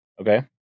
Okay